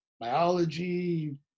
biology